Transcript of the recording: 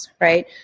right